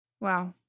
Wow